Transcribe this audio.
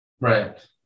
Right